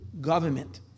government